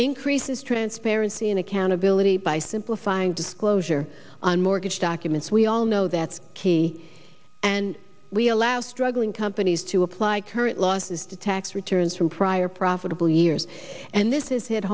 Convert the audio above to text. increases transparency and accountability by simplifying disclosure on mortgage documents we all know that's key and we allow struggling companies to apply current losses to tax returns from prior profitable years and this has hit